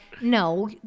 no